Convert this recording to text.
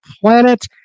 planet